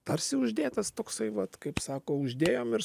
tarsi uždėtas toksai vat kaip sako uždėjom ir